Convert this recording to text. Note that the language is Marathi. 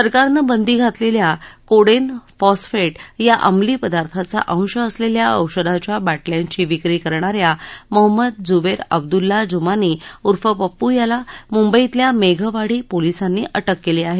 सरकारनं बंदी घातलेल्या कोडेन फॉस्फेट या अमली पदार्थांचा अंश असलेल्या औषधाच्या बाटल्यांची विक्री करणा या मोहम्मद जुबेर अब्दुल्ला जुमानी उर्फ पप्पू याला मुंबईतल्या मेघवाडी पोलिसांनी अटक केली आहे